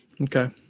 Okay